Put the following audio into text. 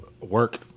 Work